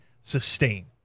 sustain